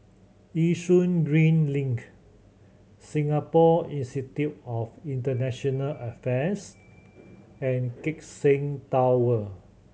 Yishun Green Link Singapore Institute of International Affairs and Keck Seng Tower